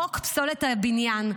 חוק פסולת הבניין,